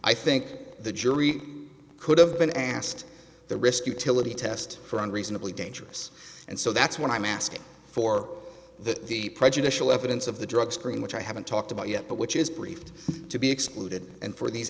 i think the jury could have been asked the risk utility test for unreasonably dangerous and so that's what i'm asking for that the prejudicial evidence of the drug screen which i haven't talked about yet but which is briefed to be excluded and for these